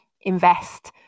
invest